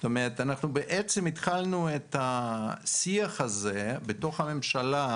אנחנו בעצם התחלנו את השיח הזה בתוך הממשלה